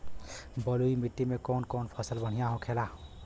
बलुई मिट्टी में कौन कौन फसल बढ़ियां होखेला?